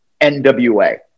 NWA